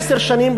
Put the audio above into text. עשר שנים,